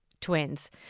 twins